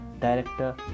director